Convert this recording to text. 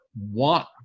want